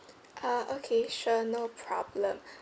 ah okay sure no problem